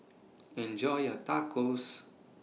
Enjoy your Tacos